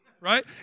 Right